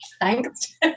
thanks